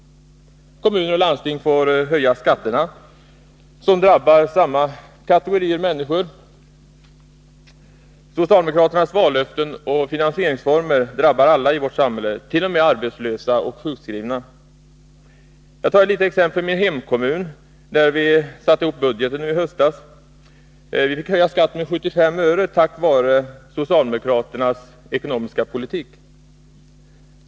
Kommuner och landsting tvingas höja skatterna, vilket drabbar samma kategorier människor. Jag kan anföra ett exempel från min hemkommun. När vi sammanställde budgeten i höstas fick vi höja skatten med 75 öre på grund av socialdemokraternas ekonomiska politik.